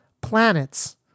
planets